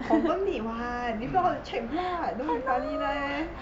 confirm need [what] if not how to check blood don't be funny leh